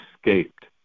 escaped